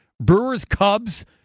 Brewers-Cubs